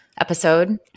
episode